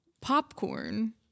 popcorn